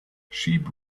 sheep